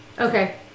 Okay